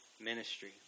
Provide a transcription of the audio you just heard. ministry